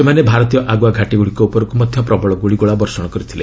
ସେମାନେ ଭାରତୀୟ ଆଗୁଆ ଘାଟିଗୁଡ଼ିକ ଉପରକୁ ପ୍ରବଳ ଗୁଳିଗୋଳା ବର୍ଷଣ କରିଥିଲେ